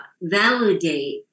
validate